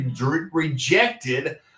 rejected